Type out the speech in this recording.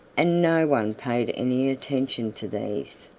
and no one paid any attention to these.